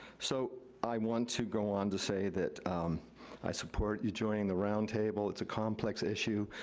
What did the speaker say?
so i want to go on to say that i support you joining the roundtable. it's a complex issue.